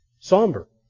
Somber